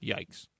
Yikes